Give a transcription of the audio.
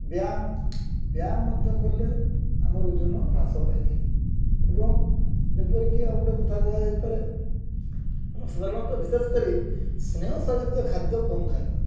ବ୍ୟାୟାମ ବ୍ୟାୟାମ ମଧ୍ୟ କଲେ ଆମର ଓଜନ ହ୍ରାସ ପାଇଥାଏ ଏବଂ ଯେପରିକି ଆଉ ଗୋଟେ କଥା କୁହାଯାଇପାରେ ଆମେ ସାଧାରଣତଃ ବିଶେଷ କରି ସ୍ନେହସାର ଜାତୀୟ ଖାଦ୍ୟ କମ୍ ଖାଇବା